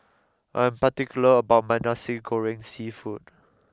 I'm particular about my Nasi Goreng Seafood